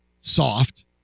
soft